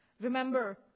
Remember